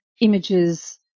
images